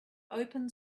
open